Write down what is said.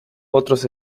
otros